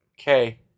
Okay